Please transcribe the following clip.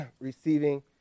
receiving